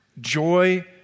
joy